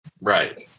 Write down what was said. Right